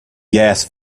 gas